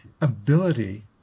ability